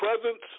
presence